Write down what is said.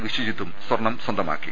വിശ്വജിത്തും സ്വർണം സ്വന്തമാക്കി